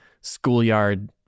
schoolyard